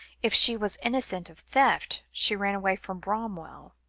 if she was innocent of theft, she ran away from bramwell.